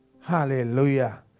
Hallelujah